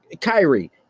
Kyrie